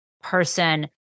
person